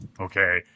Okay